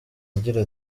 agira